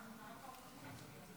חברי הכנסת,